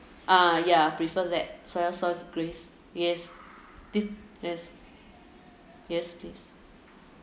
uh yeah I prefer that soy sauce braised yes did yes yes please